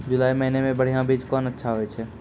जुलाई महीने मे बढ़िया बीज कौन अच्छा होय छै?